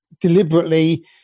deliberately